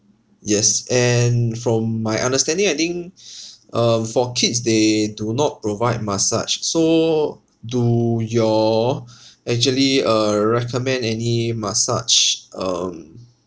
yes and from my understanding I think um for kids they do not provide massage so do you all actually uh recommend any massage um